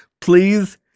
please